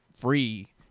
free